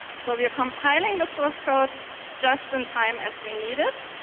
so we are compiling the source code just in time as we need it,